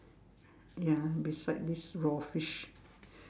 ya beside this raw fish